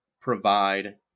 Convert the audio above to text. provide